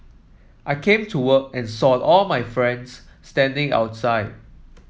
I came to work and saw all my friends standing outside